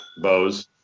Bose